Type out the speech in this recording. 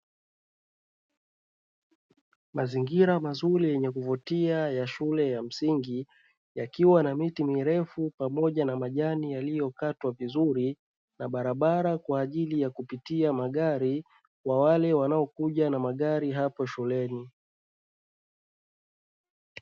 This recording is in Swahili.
Mazingira mazuri yenye kuvutia ya shule ya msingi, yakiwa na miti mirefu pamoja na majani yaliyokatwa vizuri na barabara kwa ajili ya kupitia magari kwa wale wanaokuja na magari hapo shuleni.